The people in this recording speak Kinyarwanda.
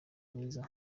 mwiza